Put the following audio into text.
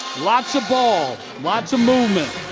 lots of ball, lots of movement.